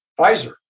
Pfizer